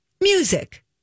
music